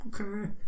Okay